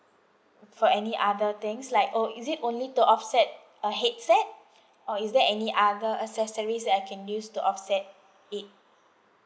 for any other things like oh is it only to offset a headset or is there any other accessories that I can use to offset it